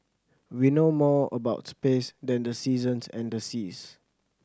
we know more about space than the seasons and the seas